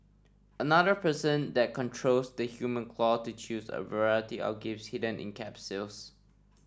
another person then controls the human claw to choose a variety of gifts hidden in capsules